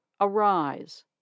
arise